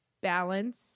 balance